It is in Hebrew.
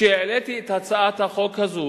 כשהעליתי את הצעת החוק הזאת,